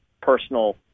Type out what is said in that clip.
personal